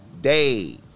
days